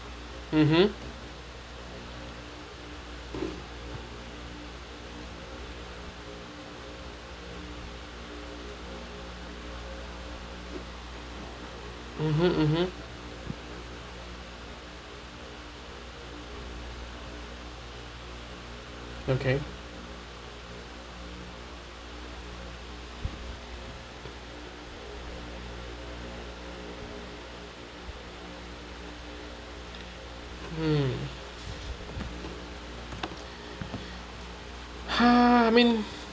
mmhmm mmhmm okay mm !ha! I mean